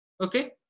Okay